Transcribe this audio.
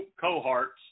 cohorts